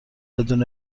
بدون